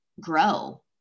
grow